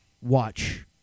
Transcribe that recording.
watch